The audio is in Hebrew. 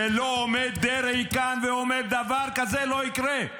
שלא עומד דרעי כאן ואומר: דבר כזה לא יקרה.